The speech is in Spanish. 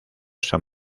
san